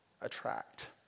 attract